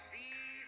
See